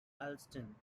alston